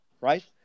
right